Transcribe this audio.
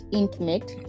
intimate